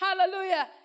Hallelujah